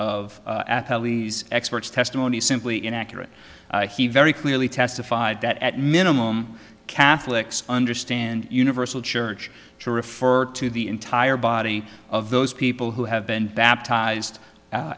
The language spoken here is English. of experts testimony simply inaccurate he very clearly testified that at minimum catholics understand universal church to refer to the entire body of those people who have been baptized